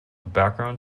background